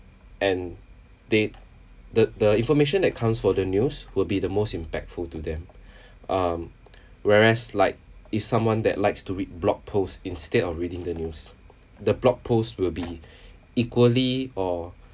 and they the the information that comes for the news will be the most impactful to them um whereas like if someone that likes to read blog post instead of reading the news the blog post will be equally or